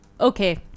Okay